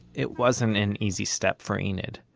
it wasn't an easy step for enid.